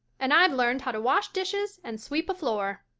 and i've learned how to wash dishes and sweep a floor.